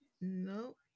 No